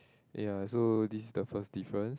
ya so this is the first difference